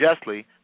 justly